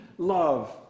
love